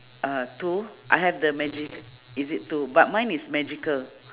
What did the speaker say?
uh two I have the magic is it two but mine is magical